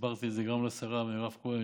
הסברתי את זה גם לשרה מירב כהן,